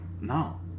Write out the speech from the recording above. No